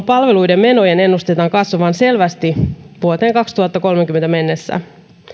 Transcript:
palveluiden menojen ennustetaan kasvavan selvästi vuoteen kaksituhattakolmekymmentä mennessä